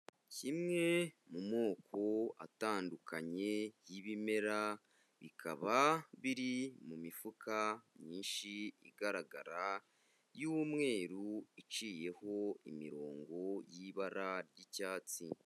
Kimwe mu moko atandukanye y'ibimera, bikaba biri mu mifuka myinshi igaragara y'umweru iciyeho imirongo y'ibara ry'icyatsi.